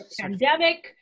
pandemic